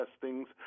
testings